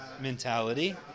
mentality